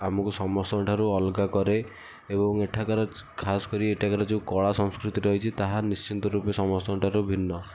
ଆମକୁ ସମସ୍ତଙ୍କ ଠାରୁ ଅଲଗା କରେ ଏବଂ ଏଠାକାର ଖାସ୍ କରି ଏଠାକାର ଯେଉଁ କଳା ସଂସ୍କୃତି ରହିଛି ତାହା ନିଶ୍ଚିତ ରୂପେ ସମସ୍ତଙ୍କ ଠାରୁ ଭିନ୍ନ